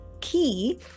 key